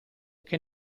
che